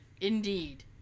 Indeed